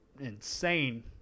insane